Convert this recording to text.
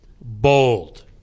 bold